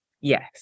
Yes